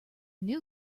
new